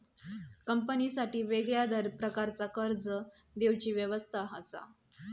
कंपनीसाठी वेगळ्या प्रकारचा कर्ज देवची व्यवस्था असा